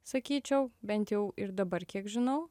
sakyčiau bent jau ir dabar kiek žinau